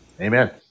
Amen